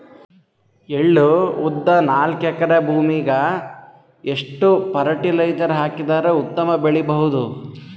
ಎಳ್ಳು, ಉದ್ದ ನಾಲ್ಕಎಕರೆ ಭೂಮಿಗ ಎಷ್ಟ ಫರಟಿಲೈಜರ ಹಾಕಿದರ ಉತ್ತಮ ಬೆಳಿ ಬಹುದು?